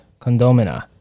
Condomina